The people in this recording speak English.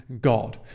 God